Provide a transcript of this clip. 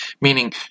Meaning